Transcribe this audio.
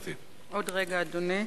עוד רגע, אדוני,